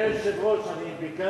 סעיף 1 נתקבל.